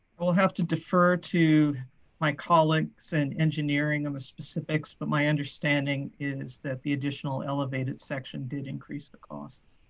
we'll have to defer to my colleagues and engineering for um specifics. but my understanding is that the additionalel elevated section did increase the cost.